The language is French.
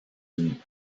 unis